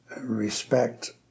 respect